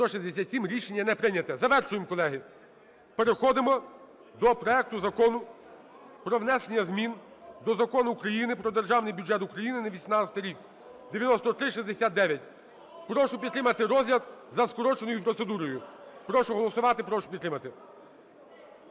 Рішення не прийнято. Завершуємо, колеги. Переходимо до проекту Закону про внесення змін до Закону України "Про Державний бюджет України на 2018 рік" (9369). Прошу підтримати розгляд за скороченою процедурою. Прошу голосувати. Прошу підтримати.